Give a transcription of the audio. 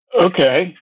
Okay